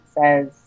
says